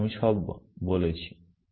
তাই আমি সব বলছি